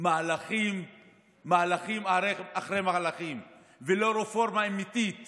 מהלכים אחרי מהלכים ולא רפורמה אמיתית